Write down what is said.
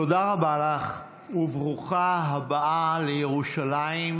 תודה רבה לך וברוכה הבאה לירושלים,